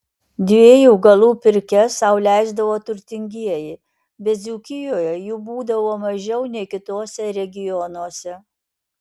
dviejų galų pirkias sau leisdavo turtingieji bet dzūkijoje jų būdavo mažiau nei kituose regionuose